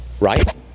right